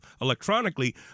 electronically